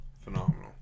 phenomenal